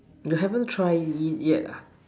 you haven't try it it yet ah